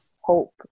hope